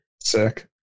Sick